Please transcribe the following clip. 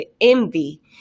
envy